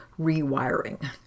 rewiring